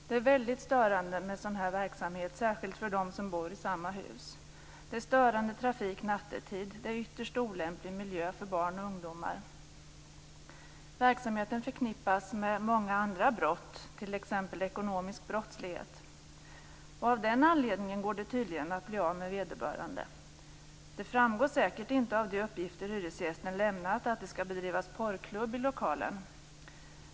Det är väldigt störande med sådan verksamhet, särskilt för dem som bor i samma hus. Det är störande trafik nattetid. Det är ytterst olämplig miljö för barn och ungdomar. Verksamheten förknippas med många brott, t.ex. med ekonomisk brottslighet. Och av den anledningen går det tydligen att bli av med vederbörande. Det framgår säkert inte av de uppgifter hyresgästen lämnat att det skall bedrivas porrklubb i lokalen.